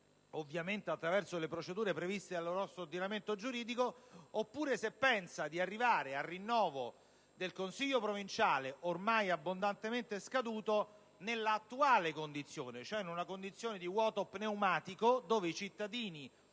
ovviamente attraverso le procedure previste dal nostro ordinamento giuridico, oppure se pensa di arrivare al rinnovo del Consiglio provinciale ormai abbondantemente scaduto nell'attuale condizione, cioè in una condizione di vuoto pneumatico, in cui i cittadini